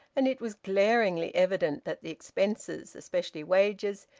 and it was glaringly evident that the expenses, especially wages,